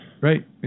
Right